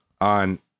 on